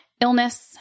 illness